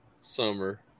summer